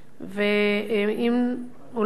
ואם הוא לא מצליח,